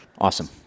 Awesome